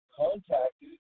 contacted